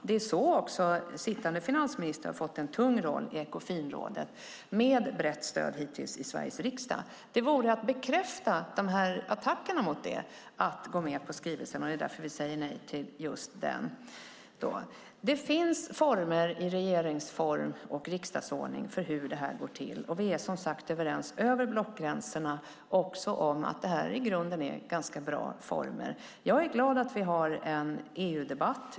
Det är också så sittande finansminister har fått en tung roll i Ekofinrådet, med brett stöd, hittills, i Sveriges riksdag. Det vore att bekräfta attackerna mot detta, att gå med på skrivelsen. Det är därför vi säger nej till just den. Det finns former i regeringsform och riksdagsordning för hur det här går till, och vi är som sagt överens över blockgränserna om att det i grunden är ganska bra former. Jag är glad över att vi har en EU-debatt.